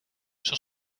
sur